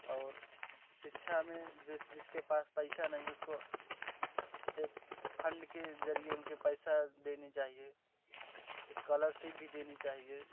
और शिक्षा में जिस जिसके पास पैसा नहीं उसको एक फंड के जरिए उनके पैसा देनी चाहिए स्कॉलरसिप भी देनी चाहिए